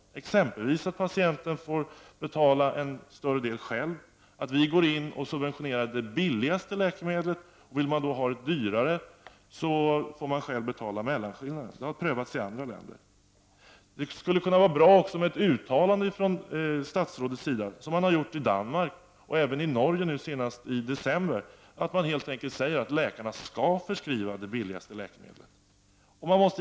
Det kan exempelvis ske genom att patienten får betala en större del själv. Staten går in och subventionerar det billigaste läkemedlet. Vill man då ha ett dyrare får man själv betala mellanskillnaden. Detta har prövats i andra länder. Det skulle vara bra om vi fick ett uttalande från statsrådet. Man har gjort uttalanden i Danmark och senast också i Norge i december. Man säger helt enkelt att läkarna skall förskriva det billigaste läkemedlet.